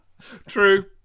true